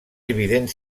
evident